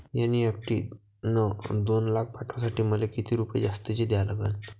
NEFT न दोन लाख पाठवासाठी किती रुपये जास्तचे द्या लागन?